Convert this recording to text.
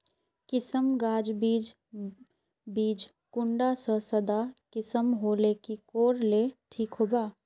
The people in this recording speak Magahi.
किसम गाज बीज बीज कुंडा त सादा किसम होले की कोर ले ठीक होबा?